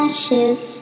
Ashes